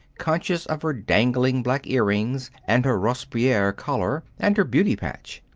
conscious of her dangling black earrings and her robespierre collar and her beauty-patch.